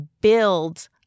build